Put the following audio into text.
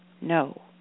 No